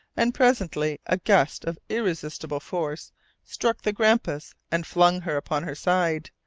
and presently a gust of irresistible force struck the grampus and flung her upon her side,